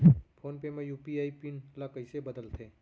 Phone पे म UPI PIN ल कइसे बदलथे?